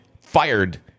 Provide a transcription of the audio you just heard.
fired